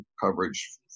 coverage